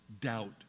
doubt